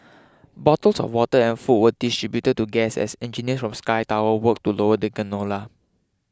bottles of water and food were distributed to guests as engineers from Sky Tower worked to lower the gondola